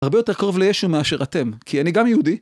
הרבה יותר קרוב לישו מאשר אתם, כי אני גם יהודי.